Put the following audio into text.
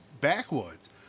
backwoods